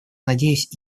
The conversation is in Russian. надеюсь